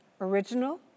original